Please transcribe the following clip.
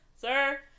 Sir